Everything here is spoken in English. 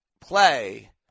play